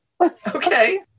Okay